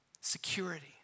security